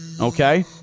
okay